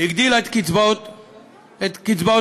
הגדילה את קצבאות הנכות,